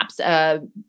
apps